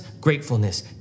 gratefulness